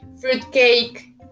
fruitcake